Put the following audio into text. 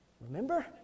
Remember